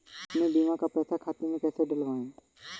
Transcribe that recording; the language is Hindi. अपने बीमा का पैसा खाते में कैसे डलवाए?